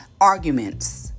Arguments